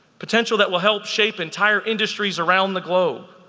potential that will help shape entire industries around the globe.